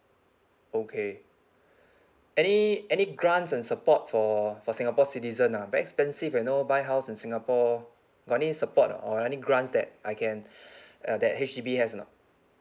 okay any any grants and support for for singapore citizen ah expensive you know buy house in singapore got any support ah or any grants that I can uh that H_D_B has or not